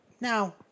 Now